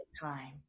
time